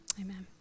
Amen